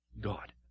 God